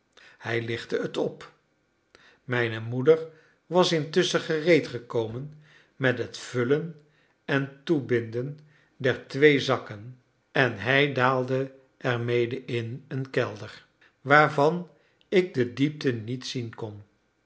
hij lichtte het op mijne moeder was intusschen gereed gekomen met het vullen en toebinden der twee zakken en hij daalde er mede in een kelder waarvan ik de diepte niet zien kon